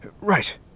Right